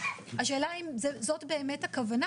השאלה אם זאת באמת הכוונה,